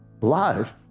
life